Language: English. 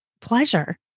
pleasure